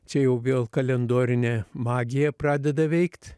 čia jau vėl kalendorinė magija pradeda veikt